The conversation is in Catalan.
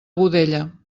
godella